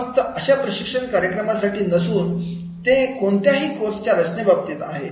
फक्त अशा प्रशिक्षण कार्यक्रमासाठी नसून ते कोणत्याही कोर्स च्या रचनेबाबत आहे